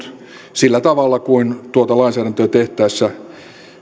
sillä tavalla kuin tuota lainsäädäntöä tehtäessä